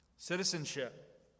Citizenship